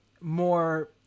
more